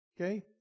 okay